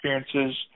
experiences